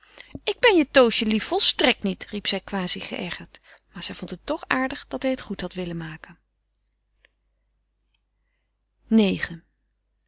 ik ben je toosje lief volstrekt niet riep zij quasi geërgerd maar zij vond het toch aardig dat hij het goed had willen maken